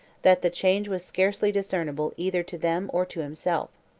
that the change was scarcely discernible either to them or to himself.